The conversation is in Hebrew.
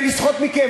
כדי לסחוט מכם,